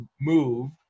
move